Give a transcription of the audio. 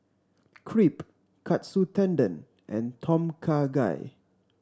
Crepe Katsu Tendon and Tom Kha Gai